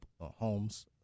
homes